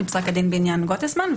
מפסק הדין בעניין גוטסמן,